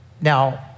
Now